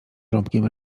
rąbkiem